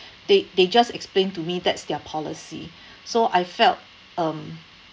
they they just explain to me that's their policy so I felt um